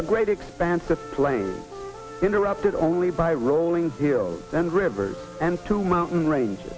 a great expanse of planes interrupted only by rolling hills and rivers and two mountain range